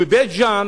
בבית-ג'ן